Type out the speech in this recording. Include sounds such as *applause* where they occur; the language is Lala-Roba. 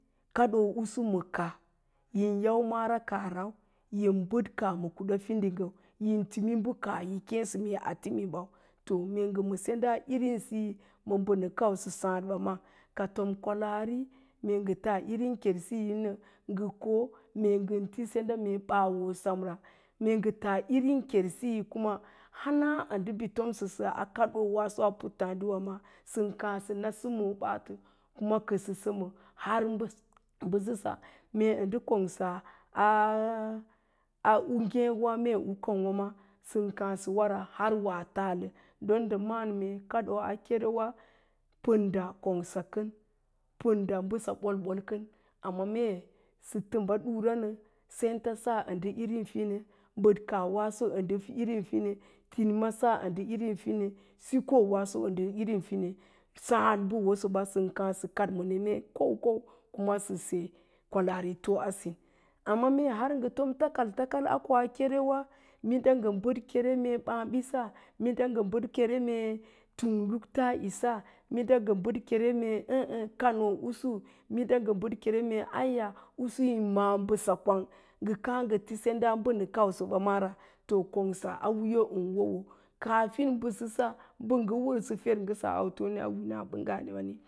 Kado usumuka yau mara kaahrau, yin bəɗ kaa kuda fidinggəu yin timi bə kaah yi kéésə a timiɓau to, mee ngə ma sendə a irinsiyi, ma mbə nə kausə sáá ba máá ka tom kwalaari, mee ngə taa irin keresiy nə ngə ko'o mee ngən ti sendə mee ɓaawo semra, mee ngə taa irin kersiyan kuma hangə ndə bi yi tom səsə a addowaa pallaaɗiwa sən kaa sə na səmo ɓaats kuma kəsə səmə har mee ndə kongsa a u nge k'wa ma meen u kwang'wa don ndən káá sə wara har awo a taalə, don ndə ma'án mee kaɗoo a kerewa pənda kongsa kən, pənda mbəsa ɓolɓol kən amma mee-sə təmba ɗuranə sentasa ndə irin fine, bəd kaah waaso ndə irin fine, tinimasa ndən irin fine sikoo waaso ndə irin fine sáá dmkə wosa ba sən kad sə kad ma neme sə ma koukou kuma sə kwalaarito a sin, amma mee har ngə tom takal takal a koa kerewa minɗa ngən bəd kere mee bááɓisa minda ngə ɓəd kere mee tung lukts iss, minda ngə bəd kere meen á-á kanoo'usu, minda ngə bəd kere mee auya usu yin ma'á mbəsa kwang ngə káá ngə ti senda a mbə nə kau səɓa maara, to kongsa a wiiyə ka wonwo, kafin basəsa fer u ngə sə autonewə́ bə *unintelligible*